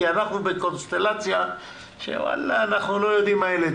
כי אנחנו בקונסטלציה שאנחנו לא יודעים מה ילד